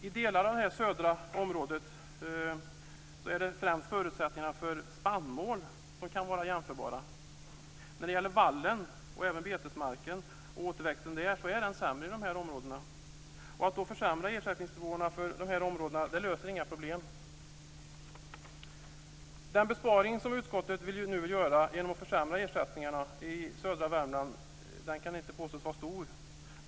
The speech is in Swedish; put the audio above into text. I delar av det södra området är det främst förutsättningarna för spannmål som kan vara jämförbara. Återväxten när det gäller vall och betesmark är sämre i dessa områden. Att försämra ersättningsnivåerna för dessa områden löser inte några problem. Den besparing som utskottet nu vill göra genom att försämra ersättningarna i södra Värmland kan inte påstås vara stor.